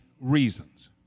reasons